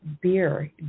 beer